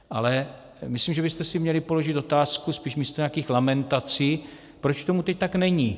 Ale myslím, že byste si měli položit otázku spíš místo nějakých lamentací, proč tomu teď tak není.